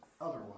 otherwise